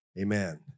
Amen